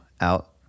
out